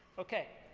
ok,